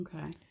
Okay